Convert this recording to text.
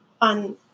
on